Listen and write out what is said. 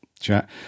chat